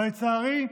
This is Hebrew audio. אבל לצערי,